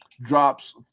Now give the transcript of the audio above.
drops